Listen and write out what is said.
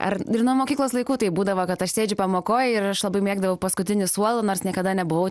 ar nuo mokyklos laikų taip būdavo kad aš sėdžiu pamokoj ir aš labai mėgdavau paskutinį suolą nors niekada nebuvau